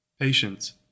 Patience